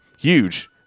Huge